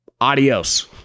adios